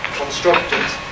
constructors